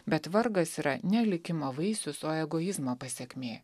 bet vargas yra ne likimo vaisius o egoizmo pasekmė